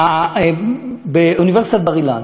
באוניברסיטת בר-אילן